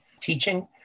teaching